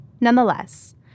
Nonetheless